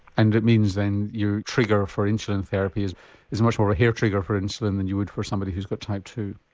and it means then your trigger for insulin therapy is is much more a hair trigger for insulin than you would for somebody who has got type two?